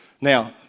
Now